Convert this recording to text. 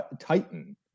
Titan